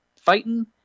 Fighting